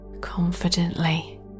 confidently